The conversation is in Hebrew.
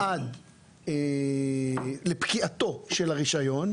עד לפקיעתו של הרישיון,